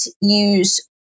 use